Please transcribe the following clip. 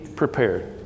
prepared